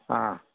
ആ